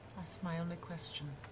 that's my only question.